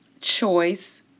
choice